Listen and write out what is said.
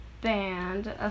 band